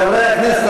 חברי הכנסת,